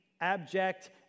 abject